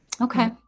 Okay